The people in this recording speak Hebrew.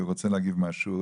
הוא רוצה להגיב משהו,